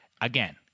Again